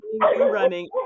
running